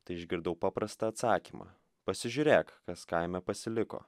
tai išgirdau paprastą atsakymą pasižiūrėk kas kaime pasiliko